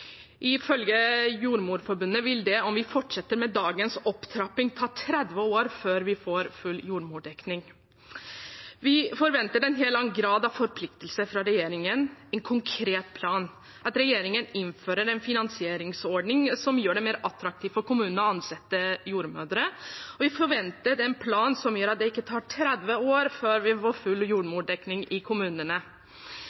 Ifølge Jordmorforbundet vil det, om vi fortsetter med dagens opptrapping, ta 30 år før vi får full jordmordekning. Vi forventer en helt annen grad av forpliktelser fra regjeringen, en konkret plan, at regjeringen innfører en finansieringsordning som gjør det mer attraktivt for kommunene å ansette jordmødre, og vi forventer en plan som gjør at det ikke tar 30 år før vi får full